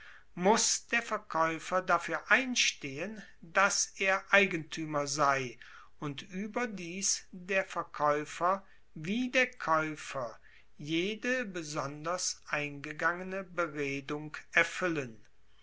muss der verkaeufer dafuer einstehen dass er eigentuemer sei und ueberdies der verkaeufer wie der kaeufer jede besonders eingegangene beredung erfuellen